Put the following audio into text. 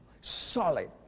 solid